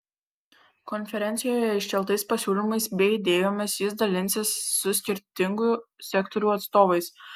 konferencijoje iškeltais pasiūlymais bei idėjomis jis dalinsis su skirtingų sektorių atstovais